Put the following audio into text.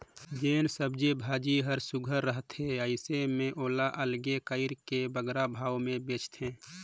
जेन सब्जी भाजी हर सुग्घर रहथे अइसे में ओला अलगे कइर के बगरा भाव में बेंचथें